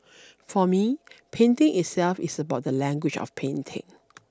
for me painting itself is about the language of painting